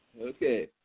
Okay